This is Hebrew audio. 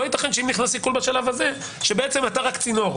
לא ייתכן שאם נכנס עיקול בשלב הזה אז אתה רק צינור.